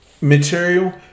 Material